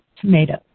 tomatoes